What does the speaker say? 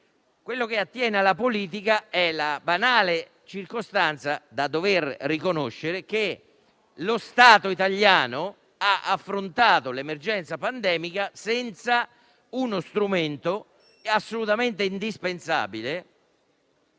quello che attiene alla politica è la banale circostanza di dover riconoscere che lo Stato italiano ha affrontato l'emergenza pandemica senza uno strumento assolutamente indispensabile,